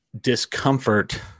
discomfort